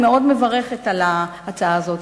אני מאוד מברכת על ההצעה הזאת,